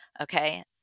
Okay